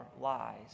lies